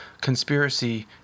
conspiracy